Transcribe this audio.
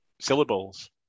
syllables